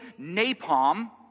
napalm